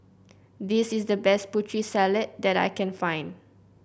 this is the best Putri Salad that I can find